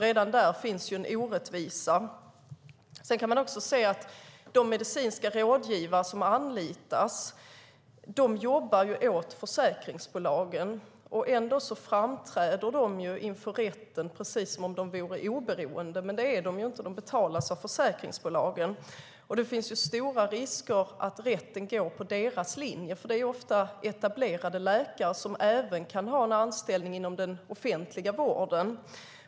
Redan där finns en orättvisa. Man kan se att de medicinska rådgivare som anlitas jobbar åt försäkringsbolagen. Ändå framträder de inför rätten precis som om de vore oberoende. Men det är de inte; de betalas av försäkringsbolagen. Det finns stor risk att rätten går på deras linje. Rådgivarna är ofta etablerade läkare som även kan ha en anställning inom den offentliga vården.